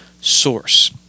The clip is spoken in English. source